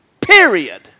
period